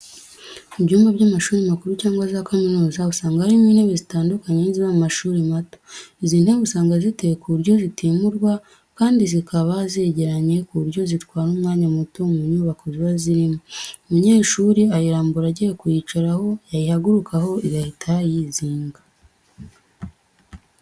Mu byumba by'amashuri makuru cyangwa za kaminuza, usanga harimo intebe zitandukanye n'iziba mu mashuri mato. Izi ntebe usanga ziteye ku buryo zitimurwa kandi zikaba zegeranye ku buryo zitwara umwanya muto mu nyubako ziba zirimo. Umunyeshuri ayirambura agiye kuyicaraho, yayihagurukaho igahita yizinga.